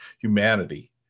humanity